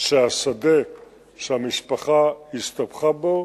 שהשדה שהמשפחה הסתבכה בו